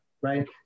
right